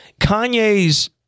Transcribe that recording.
Kanye's